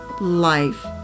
life